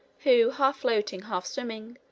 who, half floating, half swimming,